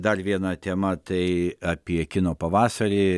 dar viena tema tai apie kino pavasarį